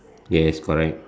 yes correct